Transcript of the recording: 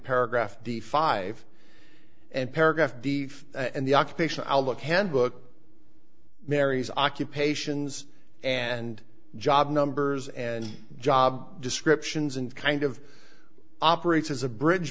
paragraph d five and paragraph the and the occupation album handbook marries occupations and job numbers and job descriptions and kind of operates as a bridge